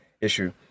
issue